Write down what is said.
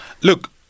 Look